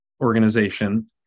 organization